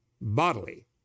bodily